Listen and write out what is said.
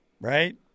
Right